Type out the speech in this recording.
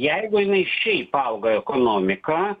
jeigu jinai šiaip auga ekonomika